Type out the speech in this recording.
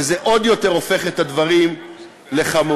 וזה הופך את הדברים לחמורים